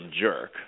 jerk